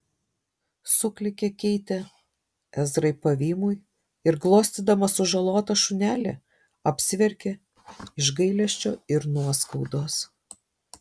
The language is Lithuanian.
suklykė keitė ezrai pavymui ir glostydama sužalotą šunelį apsiverkė iš gailesčio ir nuoskaudos